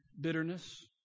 Bitterness